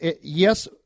yes